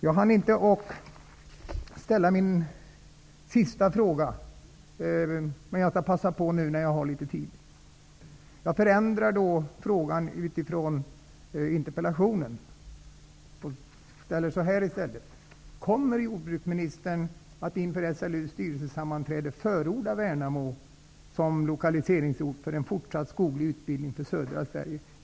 Jag hann inte ställa min sista fråga förut, men jag passar på nu. Jag förändrar den i förhållande till interpellationen och frågar så här: Kommer jordbruksministern att inför SLU:s styrelsesammanträde förorda Värnamo som lokaliseringsort för en fortsatt skoglig utbildning i södra Sverige?